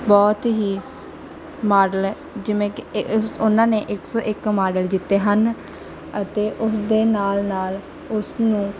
ਬਹੁਤ ਹੀ ਮਾਡਲ ਹੈ ਜਿਵੇਂ ਇ ਉਸ ਉਹਨਾਂ ਨੇ ਇੱਕ ਸੌ ਇੱਕ ਮਾਡਲ ਜਿੱਤੇ ਹਨ ਅਤੇ ਉਸਦੇ ਨਾਲ ਨਾਲ ਉਸ ਨੂੰ